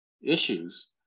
issues